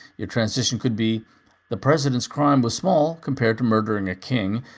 your transition could be the president's crime was small compared to murdering a king,